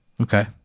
Okay